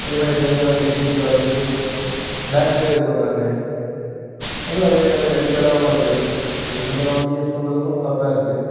அதேமாதிரி பார்த்திங்கன்னா அந்த ஜீன்ஸ்ல வந்து பேக் இது பண்ணுறாங்க அதுவும் அதேமாதிரிதான் ரெடிமேடாகவும் வருது ரெடிமேடே வாங்கி யூஸ் பண்ணுறதுக்கும் நல்லாதான் இருக்குது